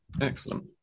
Excellent